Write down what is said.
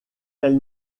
elle